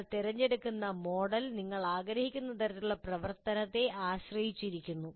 നിങ്ങൾ തിരഞ്ഞെടുക്കുന്ന മോഡൽ നിങ്ങൾ ആഗ്രഹിക്കുന്ന തരത്തിലുള്ള പ്രവർത്തനത്തെ ആശ്രയിച്ചിരിക്കുന്നു